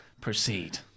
proceed